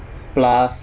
plus